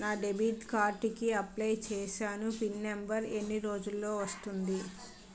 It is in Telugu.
నా డెబిట్ కార్డ్ కి అప్లయ్ చూసాను పిన్ నంబర్ ఎన్ని రోజుల్లో వస్తుంది?